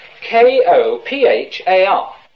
K-O-P-H-A-R